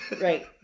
right